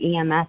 EMS